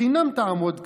לחינם תעמוד כאן,